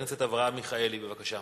חבר הכנסת אברהם מיכאלי, בבקשה.